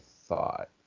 thought